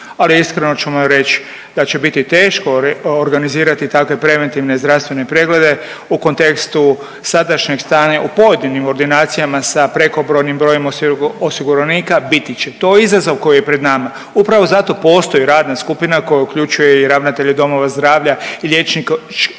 ali iskreno ću vam reći da će biti teško organizirati takve preventivne zdravstvene preglede u kontekstu sadašnjeg stanja u pojedinim ordinacijama sa prekobrojnim brojem osiguranika, biti će to izazov koji je pred nama. Upravo zato postoji radna skupina koja uključuje i ravnatelje domova zdravlja i liječnike